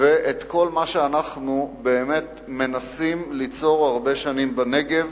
וכל מה שאנחנו באמת מנסים ליצור הרבה שנים בנגב